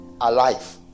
alive